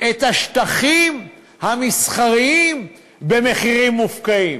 את השטחים המסחריים במחירים מופקעים.